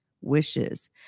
wishes